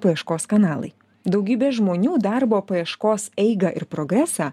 paieškos kanalai daugybė žmonių darbo paieškos eigą ir progresą